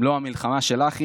אם לא המלחמה שלך,